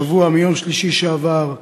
השבוע, מיום שלישי שעבר,